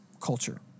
culture